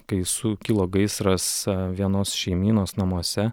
kai su kilo gaisras vienos šeimynos namuose